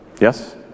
Yes